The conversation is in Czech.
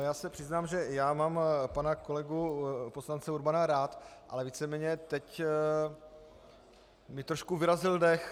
Já se přiznám, že já mám pana kolegu poslance Urbana rád, ale víceméně teď mi trošku vyrazil dech.